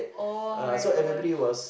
[oh]-my-gosh